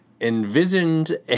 envisioned